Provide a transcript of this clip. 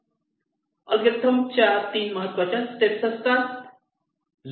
algorithm च्या 3 महत्वाच्या step असतात